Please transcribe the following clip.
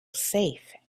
safe